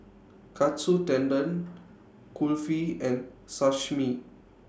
Katsu Tendon Kulfi and Sashimi